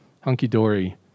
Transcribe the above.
hunky-dory